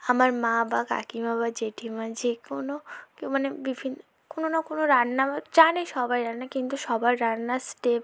আমার মা বা কাকিমা বা জেঠিমা যে কোনো কেউ মানে বিভিন্ন কোনো না কোনো রান্না বা জানে সবাই রান্না কিন্তু সবার রান্নার স্টেপ